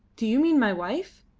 do you mean my wife?